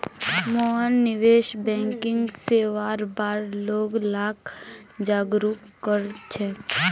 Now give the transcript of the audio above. मोहन निवेश बैंकिंग सेवार बार लोग लाक जागरूक कर छेक